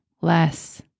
Less